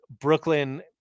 Brooklyn